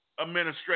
administration